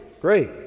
Great